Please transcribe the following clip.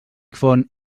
font